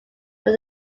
from